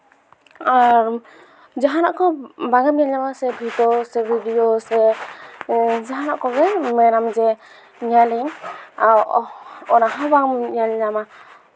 ᱟᱨ ᱡᱟᱦᱟᱱᱟᱜ ᱠᱚ ᱵᱟᱝᱮᱢ ᱧᱮᱞ ᱧᱟᱢᱟ ᱥᱮ ᱵᱤᱛᱚ ᱥᱮ ᱵᱚᱰᱭᱳ ᱥᱮ ᱡᱟᱦᱟᱱᱟᱜ ᱠᱚᱜᱮ ᱢᱮᱱᱟᱢ ᱡᱮ ᱧᱮᱞ ᱟᱹᱧ ᱚᱱᱟᱦᱚᱸ ᱵᱟᱢ ᱧᱮᱞ ᱧᱟᱢᱟ